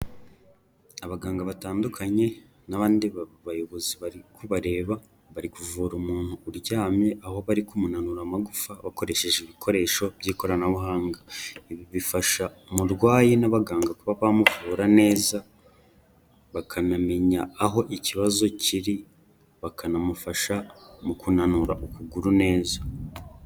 Abaganga batandukanye n'abandi bayobozi bari kubareba bari kuvura umuntu uryamye, aho bari kumunanura amagufa bakoresheje ibikoresho by'ikoranabuhanga ibi bifasha umurwayi n'abaganga kuba bamukura neza bakanamenya aho ikibazo kiri, bakanamufasha mu kunanura ukuguru neza.